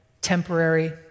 temporary